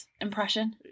impression